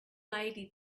lady